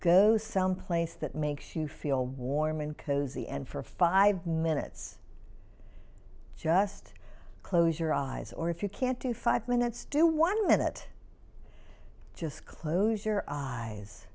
goes someplace that makes you feel warm and cozy and for five minutes just close your eyes or if you can't do five minutes to one minute just close your eyes